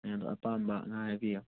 ꯅꯦ ꯑꯗꯣ ꯑꯄꯥꯝꯕ ꯉꯥ ꯍꯥꯏꯕꯤꯌꯨ